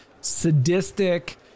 sadistic